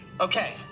Okay